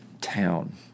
town